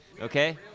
Okay